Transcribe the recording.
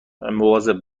مواظب